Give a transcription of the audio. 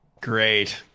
Great